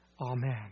Amen